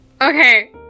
Okay